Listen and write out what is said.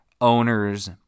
owner's